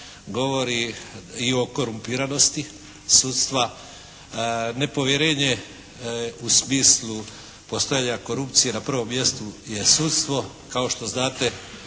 govori i o korumpiranosti sudstva, nepovjerenje u smislu postojanja korupcije na prvom mjestu je sudstvo.